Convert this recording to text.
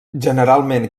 generalment